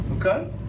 okay